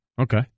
Okay